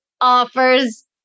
Offers